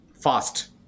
fast